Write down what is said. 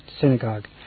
synagogue